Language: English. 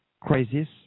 crisis